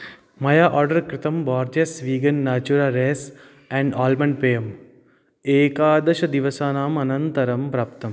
मया आर्डर् कृतं Borges vegan Natura rice and almond पेयम् एकादशदिवसात् अनन्तरं प्राप्तम्